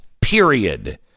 Period